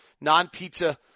non-pizza